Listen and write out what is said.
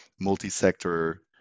multi-sector